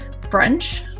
brunch